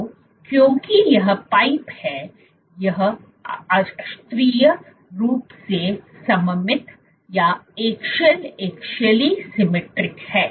तो क्योंकि यह पाइप है यह अक्षीय अक्षीय रूप से सममित है